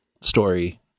story